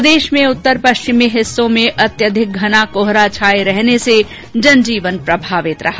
प्रदेश में उत्तर पश्चिमी हिस्सों में अत्यधिक घना कोहरा छाये रहने से जनजीवन प्रभावित रहा